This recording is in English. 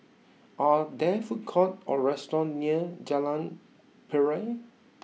are there food courts or restaurants near Jalan Piring